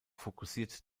fokussiert